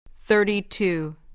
Thirty-two